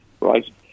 Right